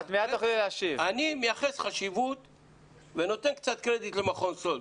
אני מייחס חשיבות ונותן קצת קרדיט למכון סאלד.